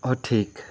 ᱚ ᱴᱷᱤᱠ